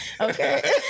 Okay